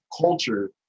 culture